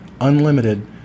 unlimited